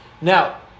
Now